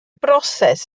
broses